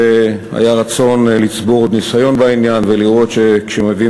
והיה רצון לצבור עוד ניסיון בעניין ולראות שכשמביאים